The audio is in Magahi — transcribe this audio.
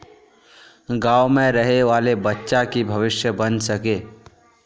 गाँव में रहे वाले बच्चा की भविष्य बन सके?